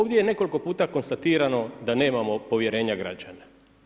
Ovdje je nekoliko puta konstatirano da nemamo povjerenja građana.